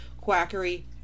quackery